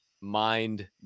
mind